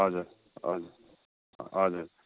हजुर हजुर हजुर